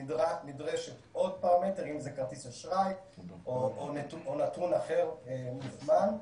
נדרש עוד פרמטר אם זה כרטיס אשראי או נתון אחר מוכמן.